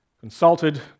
consulted